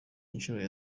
nshuro